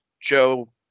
Joe